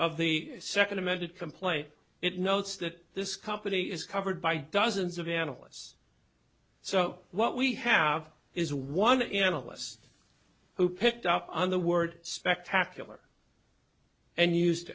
of the second amended complaint it notes that this company is covered by dozens of analysts so what we have is one of the analysts who picked up on the word spectacular and used